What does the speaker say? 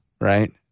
right